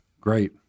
great